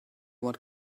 what